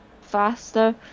faster